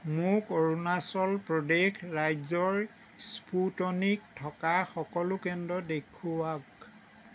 মোক অৰুণাচল প্ৰদেশ ৰাজ্যৰ স্পুট'নিক থকা সকলো কেন্দ্ৰ দেখুৱাওঁক